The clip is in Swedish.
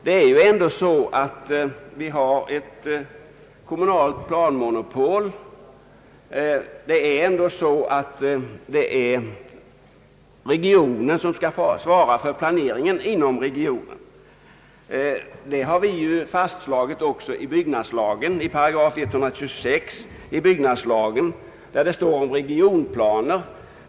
Det är ju ändå så att vi har ett kommunalt planmonopol, och det är regionen som skall svara för planeringen inom regionen. Detta har också fastslagits i 126 § i byggnadslagen, som behandlar regionplaner.